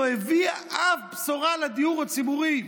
לא הביאה אף בשורה לדיור הציבורי.